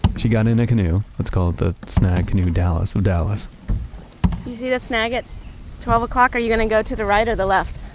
she got in a canoe. let's call it the snag canoe dallas of dallas you see that snag at twelve o'clock? are you going to go to the right or the left?